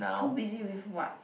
too busy with what